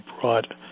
brought